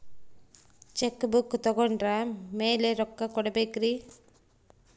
Check book ತೊಗೊಂಡ್ರ ಮ್ಯಾಲೆ ರೊಕ್ಕ ಕೊಡಬೇಕರಿ?